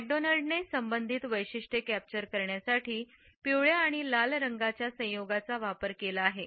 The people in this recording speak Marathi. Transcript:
मॅकडोनाल्डने संबंधित वैशिष्ट्ये कॅप्चर करण्यासाठी पिवळ्या आणि लाल रंगाच्या संयोगाचा वापर केला आहे